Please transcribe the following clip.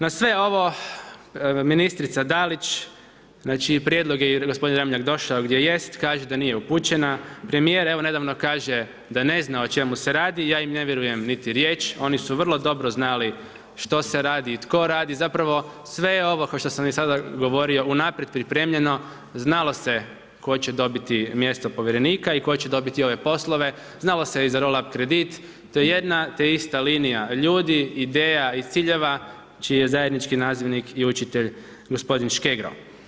Na sve ovo ministrica Dalić, znači i prijedlog jer gospodin Ramljak došao gdje jest, kaže da nije upućena, premijer evo nedavno kaže da ne zna o čemu se radi, ja im ne vjerujem niti riječ, oni su vrlo dobro znali što se radi i tko radi, zapravo sve ovo kao što sam i sada govorio, unaprijed je pripremljeno, znalo se tko će dobiti mjesto povjerenika i tko će dobiti ove poslove, znalo se i za roll up kredit, to je jedna te ista linija ljudi, ideja i ciljeva čiji je zajednički nazivnik i učitelj gospodin Škegro.